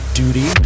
duty